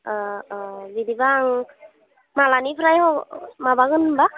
अ अ बिदिबा आं माब्लानिफ्राय माबागोन होनबा